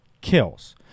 kills